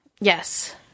yes